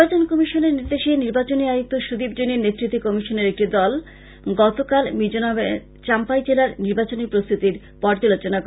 নির্বাচন কমিশনের নির্দেশে নির্বাচনী আয়ুক্ত সৃদীপ জৈনের নেতৃত্বে কমিশনের একটি দল গতশুক্রবার মিজোরামের চাম্পাই জেলার নির্বাচনী প্রস্তুতির পর্যালোচনা করে